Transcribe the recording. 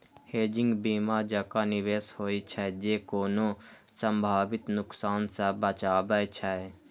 hedging बीमा जकां निवेश होइ छै, जे कोनो संभावित नुकसान सं बचाबै छै